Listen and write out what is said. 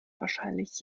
wahrscheinlich